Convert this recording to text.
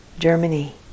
Germany